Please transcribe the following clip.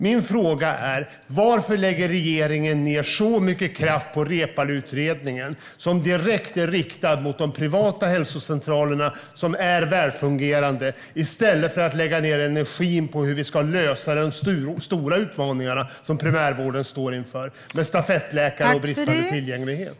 Min fråga är: Varför lägger regeringen ned så mycket kraft på Reepaluutredningen, som direkt är riktad mot de privata hälsocentralerna, vilka är välfungerande, i stället för att lägga ned energin på hur vi ska lösa de stora utmaningar som primärvården står inför, med stafettläkare och bristande tillgänglighet?